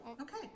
Okay